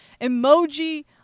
Emoji